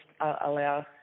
allow